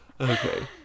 Okay